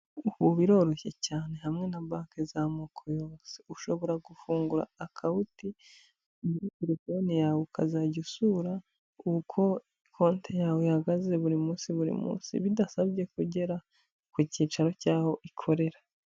Ubu biroroshye cyane hamwe na banki z'amoko yose, ushobora gufungura akawunti muri terefone yawe ukazajya usura uko konte yawe ihagaze buri munsi buri munsi bidasabye ko ugera ku cyicaro cy'aho ikorera.